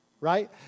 Right